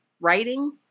writing